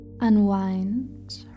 Unwind